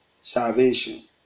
salvation